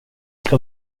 ska